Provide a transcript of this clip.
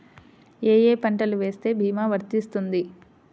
ఏ ఏ పంటలు వేస్తే భీమా వర్తిస్తుంది?